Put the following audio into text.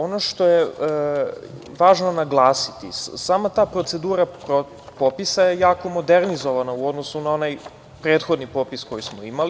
Ono što je važno naglasiti, sama ta procedura popisa je jako modernizovana u odnosu na onaj prethodni popis koji smo imali.